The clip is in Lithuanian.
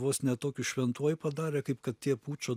vos ne tokiu šventuoju padarė kaip kad tie pučo